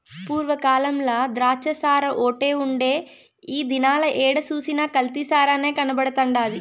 పూర్వ కాలంల ద్రాచ్చసారాఓటే ఉండే ఈ దినాల ఏడ సూసినా కల్తీ సారనే కనబడతండాది